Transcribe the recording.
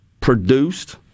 produced